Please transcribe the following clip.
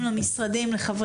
התרבות והספורט של הכנסת.